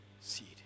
seed